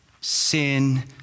Sin